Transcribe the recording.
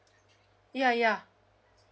ya ya